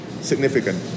significant